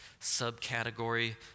subcategory